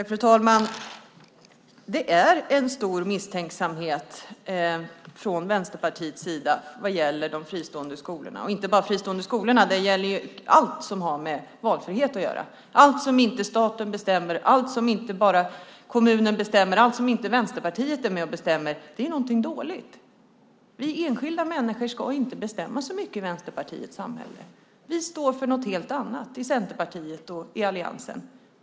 Fru talman! Det finns en stor misstänksamhet hos Vänsterpartiet vad gäller de fristående skolorna, och det gäller inte bara de fristående skolorna, utan det gäller allt som har med valfrihet att göra. Allt som inte staten bestämmer, allt som inte kommunen bestämmer och allt som inte Vänsterpartiet är med och bestämmer är någonting dåligt. Vi enskilda människor ska inte bestämma så mycket i Vänsterpartiets samhälle. Vi i Centerpartiet och alliansen står för något helt annat.